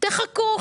תחכו,